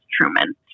Truman